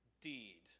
deed